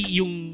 yung